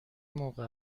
موقع